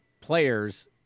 players